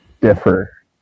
differ